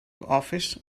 office